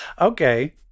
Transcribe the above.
okay